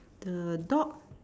the dog